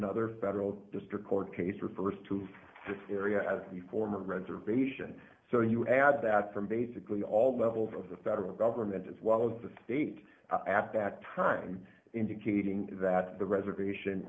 another federal district court case refers to the area as a former reservation so you would add that from basically all levels of the federal government as well as the state at that time indicating that the reservation